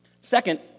Second